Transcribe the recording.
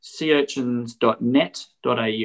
seaurchins.net.au